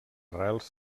arrels